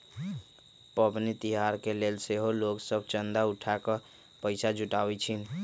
पबनि तिहार के लेल सेहो लोग सभ चंदा उठा कऽ पैसा जुटाबइ छिन्ह